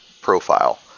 profile